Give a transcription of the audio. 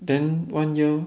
then one year